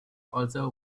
also